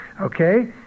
Okay